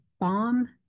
bomb